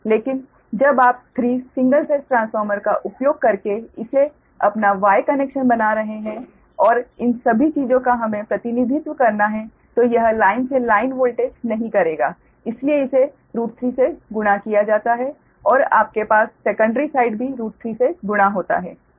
लेकिन जब आप 3 सिंगल फेस ट्रांसफार्मर का उपयोग करके इसे अपना Y कनेक्शन बना रहे हैं और इन सभी चीजों का हमें प्रतिनिधित्व करना है तो यह लाइन से लाइन वोल्टेज नहीं करेगा इसीलिए इसे 3 से गुणा किया जाता है और आपके पास सेकंडरी साइड भी 3 से गुणा होता है